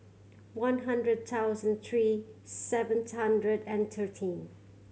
one hundred thousand three seven hundred and thirteen